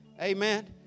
amen